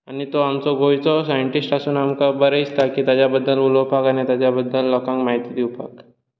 आनी तो आमचो गोंयचो सायनटिस्ट आसून आमकां बरें दिसता ताजे बद्दल उलोवपाक आनी ताजे बद्दल लोकांक म्हायती दिवपाक